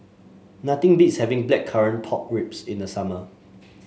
nothing beats having Blackcurrant Pork Ribs in the summer